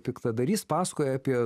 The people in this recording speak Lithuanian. piktadarys pasakoja apie